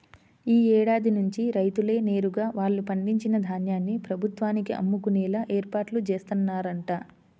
యీ ఏడాది నుంచి రైతులే నేరుగా వాళ్ళు పండించిన ధాన్యాన్ని ప్రభుత్వానికి అమ్ముకునేలా ఏర్పాట్లు జేత్తన్నరంట